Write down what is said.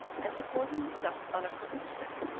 and supporting himself on a crooked stick,